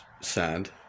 sad